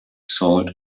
salt